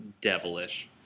devilish